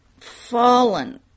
Fallen